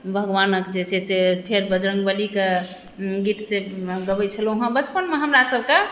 भगवानके जे छै से फेर बजरङ्ग बलीके गीत सीत गबै छलहुँ हेँ बचपनमे हमरा सभके